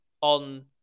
on